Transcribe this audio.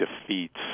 defeats